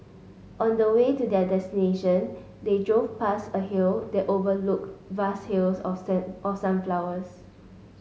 on the way to their destination they drove past a hill that overlooked vast fields of of sunflowers